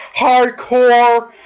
hardcore